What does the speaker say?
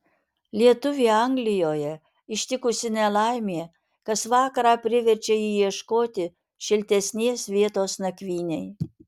lietuvį anglijoje ištikusi nelaimė kas vakarą priverčia jį ieškoti šiltesnės vietos nakvynei